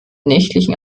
nächtlichen